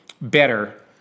better